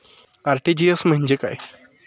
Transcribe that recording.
RTGS म्हणजे काय?